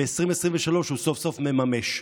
ב-2023 הוא סוף-סוף מממש.